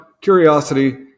curiosity